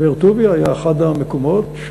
באר-טוביה היה אחד המקומות,